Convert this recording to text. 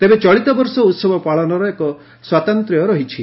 ତେବେ ଚଳିତ ବର୍ଷ ଉହବ ପାଳନର ଏକ ସ୍ୱାତନ୍ତ୍ୟ ରହିଛି